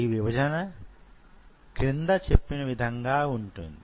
ఈ విభజన క్రింద చెప్పిన విధంగా వుంటుంది